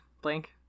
blank